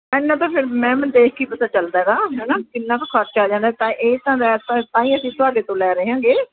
ਇੰਨਾ ਤਾਂ ਫਿਰ ਮੈਮ ਦੇਖ ਕੇ ਪਤਾ ਚੱਲਦਾ ਹੈਗਾ ਹੈ ਨਾ ਕਿੰਨਾ ਕੁ ਖਰਚਾ ਆ ਜਾਂਦਾ ਤਾਂ ਹੀ ਅਸੀਂ ਤੁਹਾਡੇ ਤੋਂ ਲੈ ਰਹੇ ਹਾਂ ਗੇ